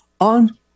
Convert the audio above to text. on